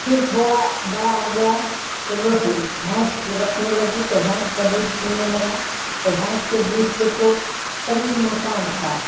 फिर थोड़ा बड़ा हो गया तो लोग भैंस रखने लगी तो भैंस का दूध पीने लगा तो भैंस के दूध से तो शरीर मोटा होता है